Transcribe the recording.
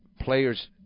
players